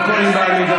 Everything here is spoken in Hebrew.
לא עשית כלום.